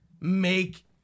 make